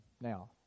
Now